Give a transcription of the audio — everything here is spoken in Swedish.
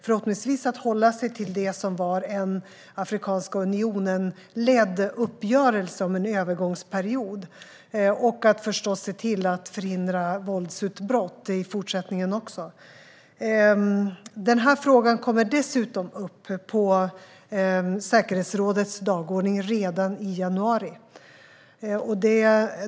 Förhoppningsvis kan man hålla sig till det som var en uppgörelse om en övergångsperiod ledd av Afrikanska unionen och se till att förhindra våldsutbrott i fortsättningen. Frågan kommer dessutom upp på säkerhetsrådets dagordning redan i januari.